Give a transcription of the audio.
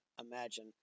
imagine